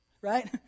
Right